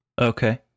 Okay